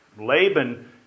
Laban